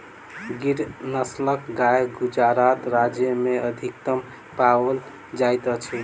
गिर नस्लक गाय गुजरात राज्य में अधिकतम पाओल जाइत अछि